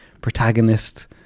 protagonist